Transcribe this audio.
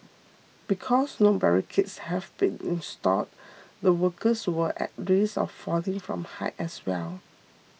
because no barricades had been installed the workers were at risk of falling from height as well